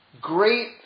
great